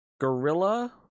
Gorilla